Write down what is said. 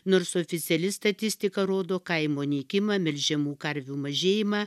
nors oficiali statistika rodo kaimo nykimą melžiamų karvių mažėjimą